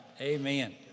amen